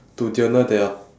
to journal their